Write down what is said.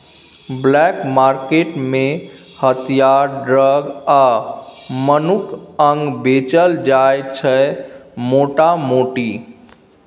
black market मे हथियार, drug आ मनुखक अंग बेचल जाइ छै मोटा मोटी